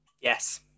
Yes